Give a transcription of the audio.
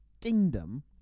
kingdom